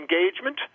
engagement